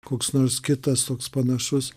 koks nors kitas toks panašus